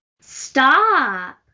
Stop